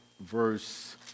verse